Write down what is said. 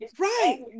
right